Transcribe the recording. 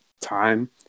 time